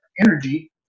Energy